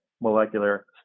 molecular